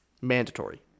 Mandatory